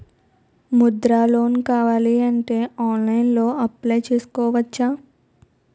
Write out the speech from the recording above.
Mudra loan కావాలి అంటే ఆన్లైన్లో అప్లయ్ చేసుకోవచ్చా?